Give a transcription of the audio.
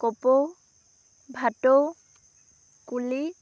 কপৌ ভাটৌ কুলি